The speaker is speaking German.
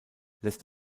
lässt